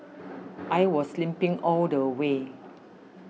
I was limping all the way